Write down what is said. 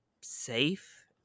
safe